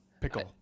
Pickle